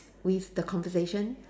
with the conversation